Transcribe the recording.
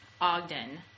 Ogden